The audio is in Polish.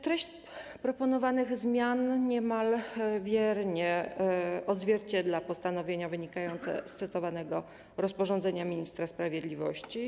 Treść proponowanych zmian niemal wiernie odzwierciedla postanowienia wynikające z cytowanego rozporządzenia ministra sprawiedliwości.